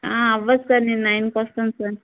అవ్వదు సార్ నేను నైన్కి వస్తాను సార్